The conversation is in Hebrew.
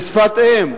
בשפת-אם,